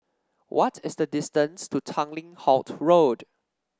what is the distance to Tanglin Halt Road